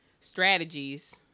strategies